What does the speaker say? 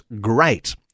great